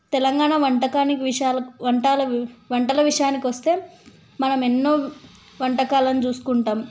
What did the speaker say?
తెలంగాణ వంటకానికి విషయాలకు వంటాల వంటల విషయానికి వస్తే మనం ఎన్నో వంటకాలను చూసుకుంటాం